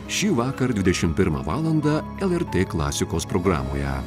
šįvakar dvidešim pirmą valandą lrt klasikos programoje